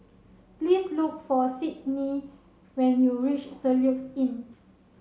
please look for Sydni when you reach Soluxe Inn